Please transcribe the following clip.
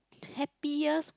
happiest